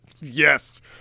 Yes